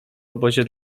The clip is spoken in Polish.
obozie